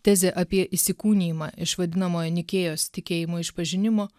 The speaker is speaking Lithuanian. tezė apie įsikūnijimą iš vadinamojo nikėjos tikėjimo išpažinimo